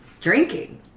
drinking